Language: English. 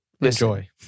Enjoy